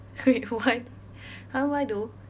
wait what !huh! why though